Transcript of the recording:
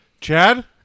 Chad